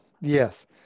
yes